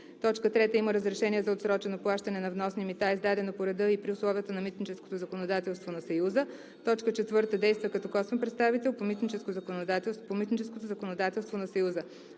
ал. 1; 3. има разрешение за отсрочено плащане на вносни мита, издадено по реда и при условията на митническото законодателство на Съюза; 4. действа като косвен представител по митническото законодателство на Съюза.